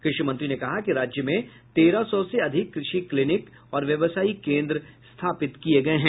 कृषि मंत्री ने कहा कि राज्य में तेरह सौ से अधिक कृषि क्लिनिक और व्यवसायी केन्द्र स्थापित किये गये हैं